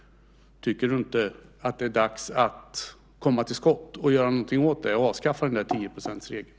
Tycker du inte att det är dags att komma till skott och göra något åt detta och avskaffa den där tioprocentsregeln?